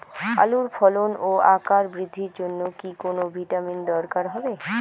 আলুর ফলন ও আকার বৃদ্ধির জন্য কি কোনো ভিটামিন দরকার হবে?